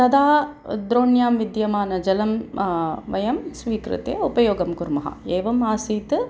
तदा द्रोण्यां विद्यमानं जलं वयं स्वीकृत्य उपयोगं कुर्मः एवम् आसीत्